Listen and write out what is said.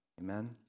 Amen